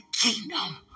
kingdom